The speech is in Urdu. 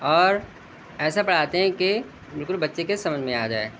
اور ایسا پڑھاتے ہیں کہ بالکل بچے کے سمجھ میں آ جائے